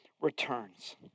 returns